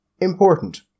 Important